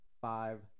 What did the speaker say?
five